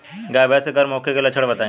गाय भैंस के गर्म होखे के लक्षण बताई?